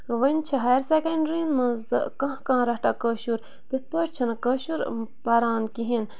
وۄنۍ چھِ ہایر سیٚکنڈرین منٛز تہٕ کانٛہہ کانٛہہ رَہٹا کٲشُر تِتھ پٲٹھۍ چھِنہٕ کٲشُر پَران کِہیٖنۍ